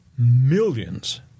millions